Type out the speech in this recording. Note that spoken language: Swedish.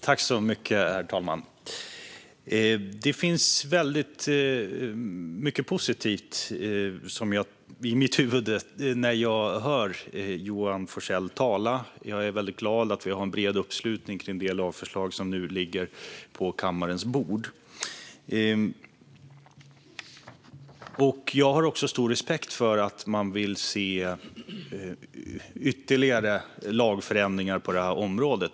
Herr talman! Det finns väldigt mycket positivt i mitt huvud när jag hör Johan Forssell tala. Jag är glad att vi har en bred uppslutning kring det lagförslag som nu ligger på kammarens bord. Jag har också stor respekt för att man vill se ytterligare lagförändringar på det här området.